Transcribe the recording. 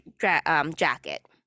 jacket